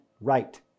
right